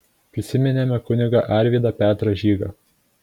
prisiminėme kunigą arvydą petrą žygą